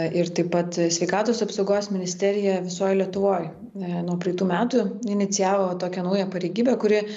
ir taip pat sveikatos apsaugos ministerija visoj lietuvoj nuo praeitų metų inicijavo tokią naują pareigybę kuri